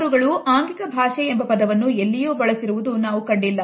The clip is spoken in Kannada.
ಅವರುಗಳು ಆಂಗಿಕ ಭಾಷೆ ಎಂಬ ಪದವನ್ನು ಎಲ್ಲಿಯೂ ಬಳಸಿರುವುದು ನಾವು ಕಂಡಿಲ್ಲ